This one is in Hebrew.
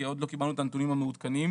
עוד לא קיבלנו את הנתונים המעודכנים,